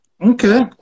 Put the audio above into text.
Okay